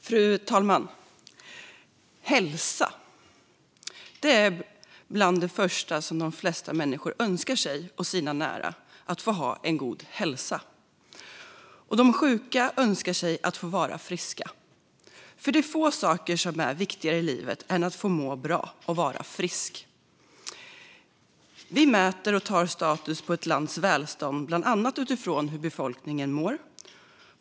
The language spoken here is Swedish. Fru talman! Hälsa är bland det första som de flesta människor önskar sig och sina nära - att få ha en god hälsa. De sjuka önskar sig att få vara friska. Det är få saker som är viktigare i livet än att få må bra och vara frisk. Vi mäter och tar status på ett lands välstånd bland annat utifrån hur befolkningen mår.